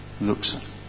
looks